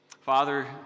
Father